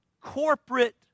corporate